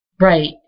right